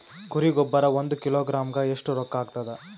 ಕುರಿ ಗೊಬ್ಬರ ಒಂದು ಕಿಲೋಗ್ರಾಂ ಗ ಎಷ್ಟ ರೂಕ್ಕಾಗ್ತದ?